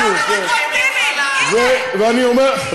זכויות הנחקרים במדינת ישראל, זה מה שחשוב.